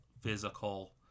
physical